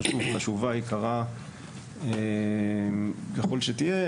חשובה ויקרה ככל שתהיה,